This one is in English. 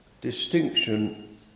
distinction